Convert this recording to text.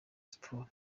sports